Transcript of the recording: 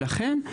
לכן,